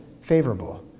favorable